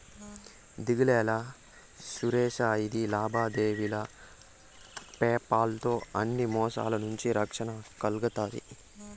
దిగులేలా సురేషా, ఇది లావాదేవీలు పేపాల్ తో అన్ని మోసాల నుంచి రక్షణ కల్గతాది